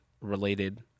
related